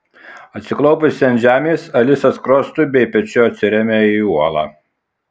atsiklaupusi ant žemės alisa skruostu bei pečiu atsiremia į uolą